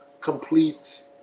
complete